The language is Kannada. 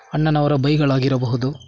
ಅಣ್ಣನವರ ಬೈಗುಳ ಆಗಿರಬಹುದು